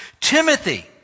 Timothy